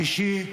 שישי,